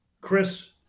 Chris